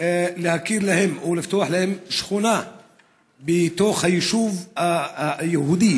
להכיר להם או לפתוח להם שכונה בתוך היישוב היהודי,